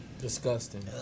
Disgusting